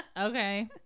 Okay